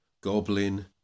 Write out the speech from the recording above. goblin